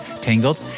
Tangled